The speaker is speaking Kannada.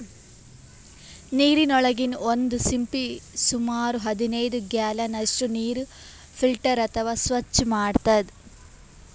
ನೀರಿನೊಳಗಿನ್ ಒಂದ್ ಸಿಂಪಿ ಸುಮಾರ್ ಹದನೈದ್ ಗ್ಯಾಲನ್ ಅಷ್ಟ್ ನೀರ್ ಫಿಲ್ಟರ್ ಅಥವಾ ಸ್ವಚ್ಚ್ ಮಾಡ್ತದ್